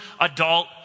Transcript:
adult